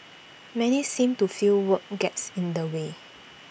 many seem to feel work gets in the way